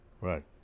Right